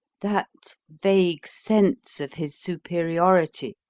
that vague sense of his superiority,